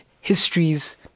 histories